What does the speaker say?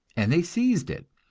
and they seized it.